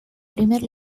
primer